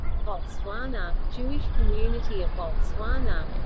botswana jewish community of botswana